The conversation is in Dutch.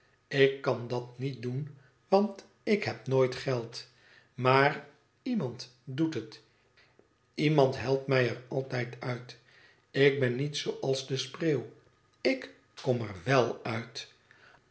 k kan dat niet doen want ik heb nooit geld maar iemand doet het iemand helpt mij er altijd uit ik ben niet zooals de spreeuw ik kom er wel uit